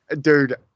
Dude